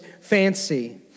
fancy